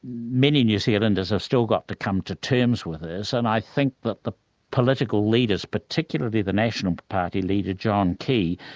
many new zealanders have still got to come to terms with this, and i think that the political leaders, particularly the national party leader, john key,